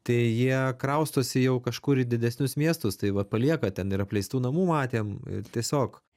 tai jie kraustosi jau kažkur į didesnius miestus tai va palieka ten ir apleistų namų matėm ir tiesiog